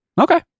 Okay